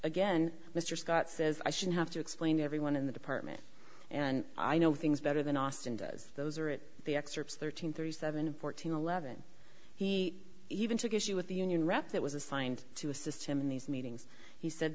again mr scott says i should have to explain to everyone in the department and i know things better than austin does those are it the excerpts thirteen thirty seven fourteen eleven he even took issue with the union rep that was assigned to assist him in these meetings he said